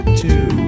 two